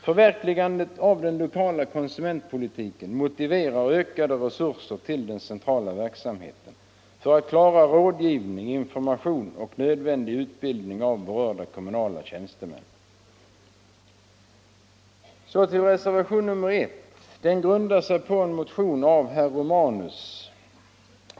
Förverkligandet av den lokala konsumentpolitiken motiverar ökade resurser till den centrala verksamheten för att klara rådgivning, information och nödvändig utbildning av berörda kommunala tjänstemän. Så några ord om reservationen 1. Den grundar sig på en motion av herr Romanus.